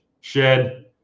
shed